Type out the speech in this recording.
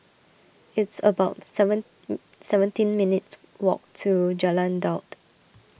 it's about seven seventeen minutes' walk to Jalan Daud